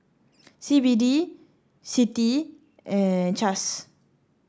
C B D CITI and CAAS